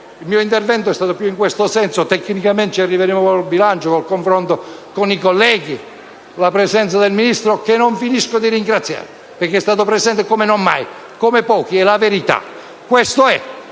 Il mio intervento è stato più in questo senso: tecnicamente ci arriveremo con il Bilancio, con il confronto con i colleghi, con la presenza del Ministro, che non finisco di ringraziare, perché è stato presente come non mai, come pochi: è la verità. Esprimo